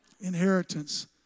Inheritance